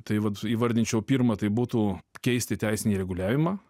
tai vat įvardinčiau pirma tai būtų keisti teisinį reguliavimą